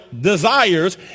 desires